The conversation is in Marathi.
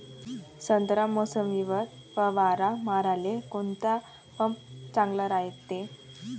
संत्रा, मोसंबीवर फवारा माराले कोनचा पंप चांगला रायते?